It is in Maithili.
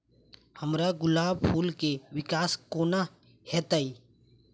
हम्मर गुलाब फूल केँ विकास कोना हेतै?